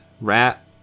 rat